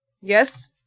Yes